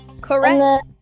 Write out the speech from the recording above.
Correct